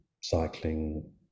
cycling